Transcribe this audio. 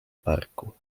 parku